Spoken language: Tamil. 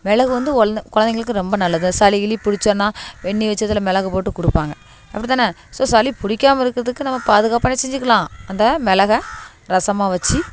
மிளகு வந்து ஒல்னே கொழந்தைங்களுக்கு ரொம்ப நல்லது அந்த சளி கிளி பிடிச்சதுன்னா வெந்நி வச்சு அதில் மிளகு போட்டுக் கொடுப்பாங்க அப்படிதான ஸோ சளி பிடிக்காம இருக்கிறதுக்கு நம்ம பாதுகாப்பாக என்ன செஞ்சுக்கலாம் அந்த மெளகை ரசமாக வச்சு